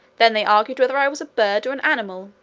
then they argued whether i was a bird, or an animal,